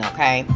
Okay